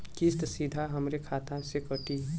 किस्त सीधा हमरे खाता से कटी?